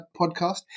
podcast